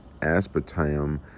aspartame